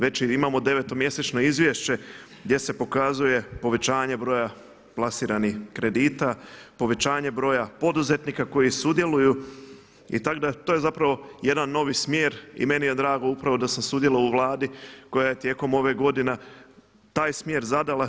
Već imamo devetomjesečno izvješće gdje se pokazuje povećanje broja plasiranih kredita, povećanje broja poduzetnika koji sudjeluju i tako da to je zapravo jedan novi smjer i meni je drago upravo da sam sudjelovao u Vladi koja je tijekom ove godine taj smjer zadala.